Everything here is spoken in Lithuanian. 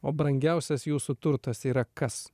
o brangiausias jūsų turtas yra kas